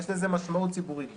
יש לזה משמעות ציבורית בעיניי.